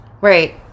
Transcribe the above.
Right